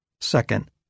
Second